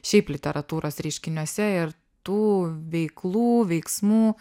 šiaip literatūros reiškiniuose ir tų veiklų veiksmų